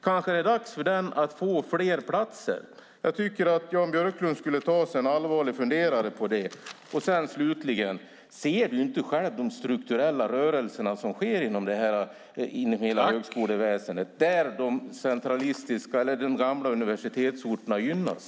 Kanske är det dags för den att få fler platser. Jag tycker att Jan Björklund skulle ta sig en allvarlig funderare på det. Slutligen: Ser du inte själv de strukturella rörelser som sker inom hela högskoleväsendet, där de gamla universitetsorterna gynnas?